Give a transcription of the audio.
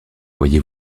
voyez